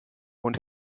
und